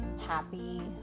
happy